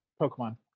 Pokemon